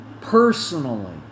personally